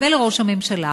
ולראש הממשלה